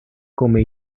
come